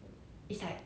杀人那种